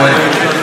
חבר הכנסת דב חנין.